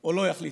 או לא להסלים.